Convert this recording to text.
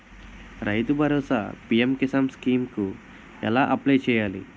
రైతు Bharosa PM Kisan scheme కు ఎలా అప్లయ్ చేయాలి?